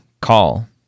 call